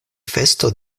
festo